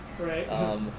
Right